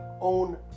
own